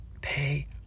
pay